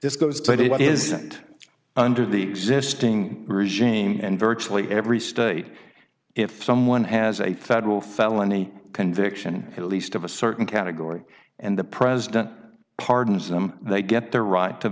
this goes to what isn't under the existing regime and virtually every state if someone has a federal felony conviction at least of a certain category and the president pardons them they get the right to